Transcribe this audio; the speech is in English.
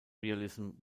realism